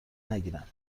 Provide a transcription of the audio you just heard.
نگیرند